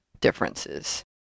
differences